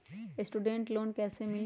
Student loan कैसे मिली?